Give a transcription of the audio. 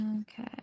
Okay